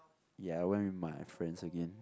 ya I went with my friends again